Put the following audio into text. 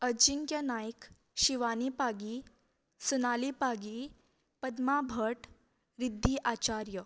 Ajinkya Nayak Shivani Pagi Sunali Pagi Padma Bhat Riddhi Acharya